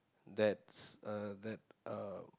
that's a that a